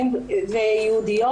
ויהודיות